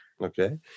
Okay